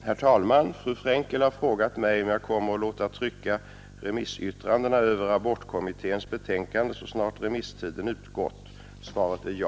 Herr talman! Fru Frenkel har frågat mig om jag kommer att låta trycka remissyttrandena över abortkommitténs betänkande så snart remisstiden utgått. Svaret är ja.